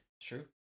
True